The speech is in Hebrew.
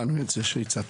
אני אציין